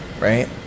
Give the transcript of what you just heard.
right